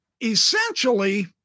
essentially